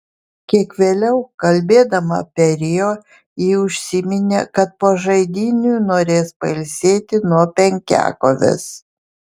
kiek vėliau kalbėdama apie rio ji užsiminė kad po žaidynių norės pailsėti nuo penkiakovės